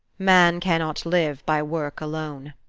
man cannot live by work alone.